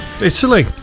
italy